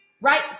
right